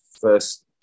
first